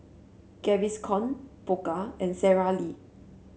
Gaviscon Pokka and Sara Lee